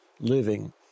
living